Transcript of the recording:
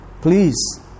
please